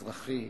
אזרחי,